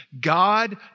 God